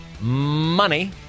money